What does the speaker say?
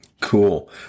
Cool